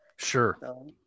Sure